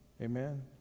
Amen